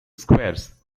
squares